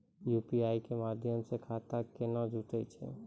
UPI के माध्यम से खाता केना जुटैय छै?